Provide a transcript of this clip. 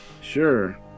Sure